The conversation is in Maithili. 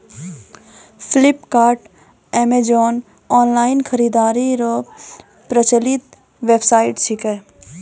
फ्लिपकार्ट अमेजॉन ऑनलाइन खरीदारी रो प्रचलित वेबसाइट छिकै